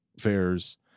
fairs